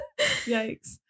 yikes